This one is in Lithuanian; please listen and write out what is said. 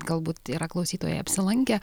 galbūt yra klausytojai apsilankę